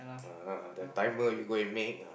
uh the timer you go and make ah